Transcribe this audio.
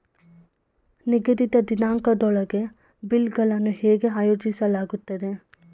ನಿಗದಿತ ದಿನಾಂಕದೊಳಗೆ ಬಿಲ್ ಗಳನ್ನು ಹೇಗೆ ಆಯೋಜಿಸಲಾಗುತ್ತದೆ?